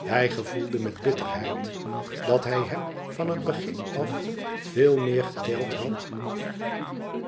hij gevoelde met bitterheid dat hij hem van het begin af veel meer geteld had